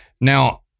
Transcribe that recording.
Now